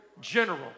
general